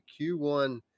Q1